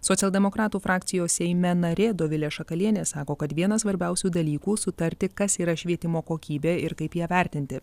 socialdemokratų frakcijos seime narė dovilė šakalienė sako kad vienas svarbiausių dalykų sutarti kas yra švietimo kokybė ir kaip ją vertinti